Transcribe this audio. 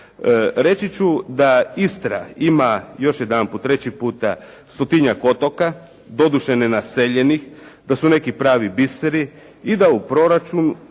Reći ću da Istra ima, još jedanput, treći puta, stotinjak otoka, doduše nenaseljenih, da su neki pravi biseri i da u proračun